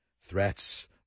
Threats